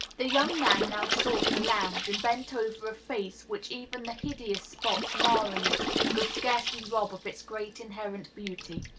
the young man now sought the lounge, and bent over a face which even the hideous spots marring it could scarcely rob of its great inherent beauty.